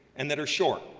and that are short,